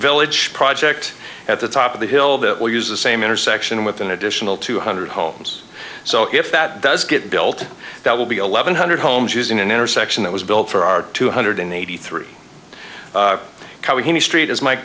village project at the top of the hill that will use the same intersection with an additional two hundred homes so if that does get built that will be eleven hundred homes using an intersection that was built for our two hundred eighty three kawhi street as m